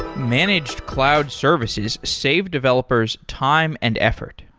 managed cloud services save developers time and effort.